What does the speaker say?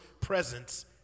presence